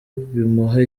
bimuha